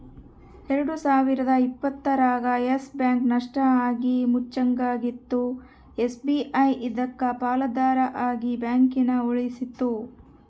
ಎಲ್ಡು ಸಾವಿರದ ಇಪ್ಪತ್ತರಾಗ ಯಸ್ ಬ್ಯಾಂಕ್ ನಷ್ಟ ಆಗಿ ಮುಚ್ಚಂಗಾಗಿತ್ತು ಎಸ್.ಬಿ.ಐ ಇದಕ್ಕ ಪಾಲುದಾರ ಆಗಿ ಬ್ಯಾಂಕನ ಉಳಿಸ್ತಿ